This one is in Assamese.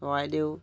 চৰাইদেউ